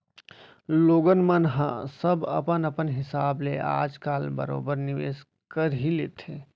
लोगन मन ह सब अपन अपन हिसाब ले आज काल बरोबर निवेस कर ही लेथे